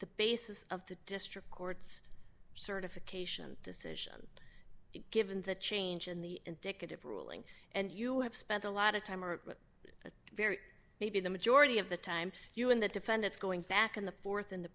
the basis of the district court's certification decision given the change in the indicative ruling and you have spent a lot of time or a very maybe the majority of the time you in the defendants going back in the th in